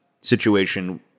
situation